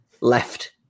left